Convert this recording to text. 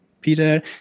Peter